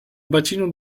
bacino